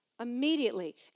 Immediately